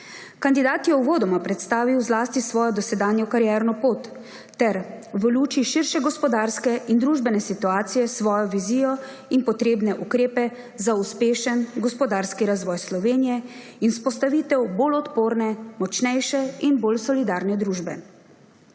Kandidat je uvodoma predstavil zlasti svojo dosedanjo karierno pot ter v luči širše gospodarske in družbene situacije svojo vizijo in potrebne ukrepe za uspešen gospodarski razvoj Slovenije in vzpostavitev bolj odporne, močnejše in bolj solidarne družbe.